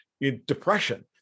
depression